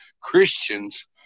Christians